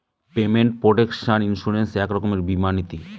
payment protection insurance এক রকমের বীমা নীতি